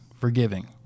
forgiving